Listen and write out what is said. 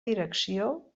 direcció